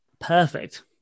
perfect